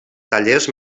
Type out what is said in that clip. tallers